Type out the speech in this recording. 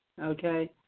Okay